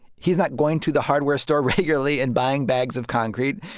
he's not going to the hardware store regularly and buying bags of concrete.